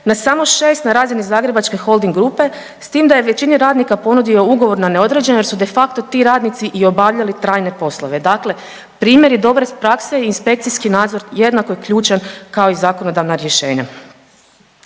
na samo 6 na razini Zagrebačke holding grupe s tim da je većini radnika ponudio ugovor na neodređeno jer su de facto ti radnici i obavljali trajne poslove. Dakle, primjeri dobre prakse i inspekciji nadzor jednako je ključan kao i zakonodavna rješenja.